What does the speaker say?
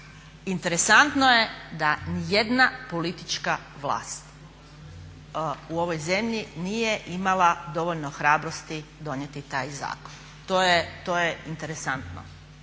Interesantno je da nijedna politička vlast u ovoj zemlji nije imala dovoljno hrabrosti donijeti taj zakon. To je interesantno